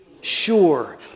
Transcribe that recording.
Sure